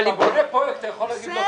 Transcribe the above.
כשאתה בונה פרויקט אתה יכול להגיד לא תכננתי.